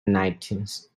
nineties